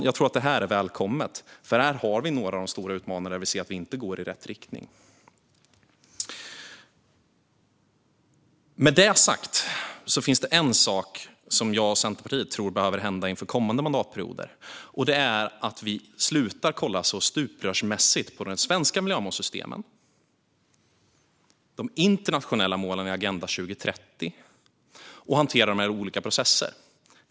Jag tror att det här är välkommet, fru talman, för här har vi några av de stora utmaningarna där vi ser att det inte går i rätt riktning. Med detta sagt finns det en sak som jag och Centerpartiet tror behöver hända inför kommande mandatperioder, och det är att vi slutar kolla så stuprörsmässigt på de svenska miljömålssystemen och de internationella målen i Agenda 2030. Vi måste sluta hantera dem i olika processer.